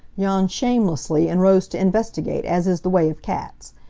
yawned shamelessly, and rose to investigate, as is the way of cats.